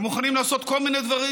הם מוכנים לעשות כל מיני דברים,